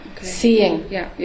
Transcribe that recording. Seeing